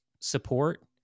support